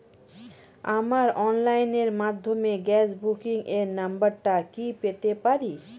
আমার অনলাইনের মাধ্যমে গ্যাস বুকিং এর নাম্বারটা কি পেতে পারি?